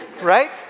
Right